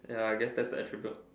ya I guess that's a attribute